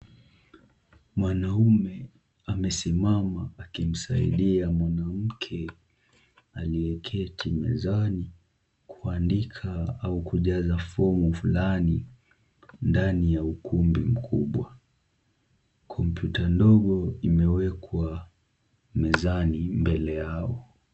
Mwanaume amesimama akimsaidia mwanamke aliyeketi mezani kuandika au kujaza fomu fulani ndani ya ukumbi mkubwa. Kompyuta ndogo imewekwa mezani mbele yao.